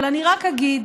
אבל אני רק אגיד